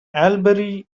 albury